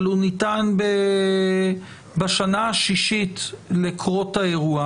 אבל הוא ניתן בשנה השישית לקרות האירוע